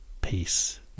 peace